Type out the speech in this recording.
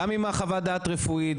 גם עם החוות דעת רפואית,